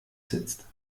sitzt